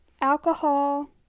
Alcohol